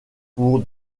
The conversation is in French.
pour